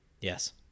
Yes